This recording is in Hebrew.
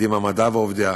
קדימה מדע ועובדיה.